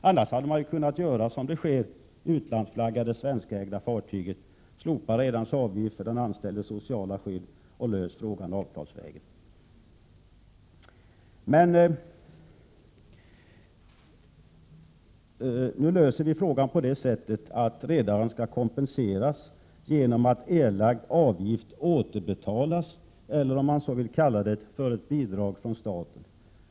Annars hade man kunnat göra som sker i det utlandsflaggade svenskägda fartyget, dvs. slopa redarens avgift för den anställdes sociala skydd och lösa frågan avtalsvägen. Nu löser vi frågan på det sättet att redaren kompenseras genom att erlagd avgift återbetalas eller, om man vill kalla det så, genom ett bidrag från staten.